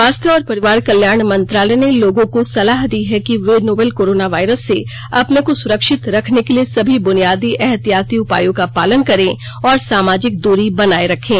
स्वास्थ्य और परिवार कल्याण मंत्रालय ने लोगों को सलाह दी है कि वे नोवल कोरोना वायरस से अपने को सुरक्षित रखने के लिए सभी बुनियादी एहतियाती उपायों का पालन करें और सामाजिक दूरी बनाए रखें